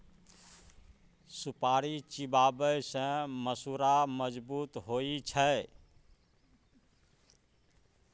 सुपारी चिबाबै सँ मसुरा मजगुत होइ छै